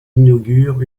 inaugure